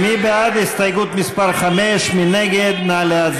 עבד אל חכים חאג' יחיא,